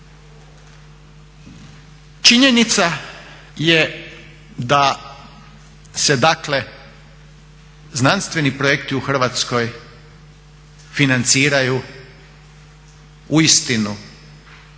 Činjenica je da se dakle znanstveni projekti u Hrvatskoj financiraju uistinu